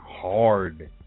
hard